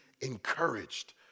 encouraged